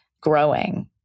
growing